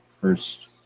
first